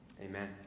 Amen